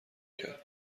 کرد